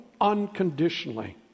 unconditionally